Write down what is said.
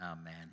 Amen